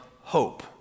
hope